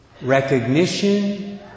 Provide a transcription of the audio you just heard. Recognition